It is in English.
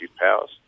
powers